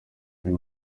uyu